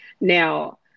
Now